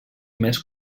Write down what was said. més